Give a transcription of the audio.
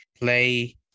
play